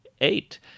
eight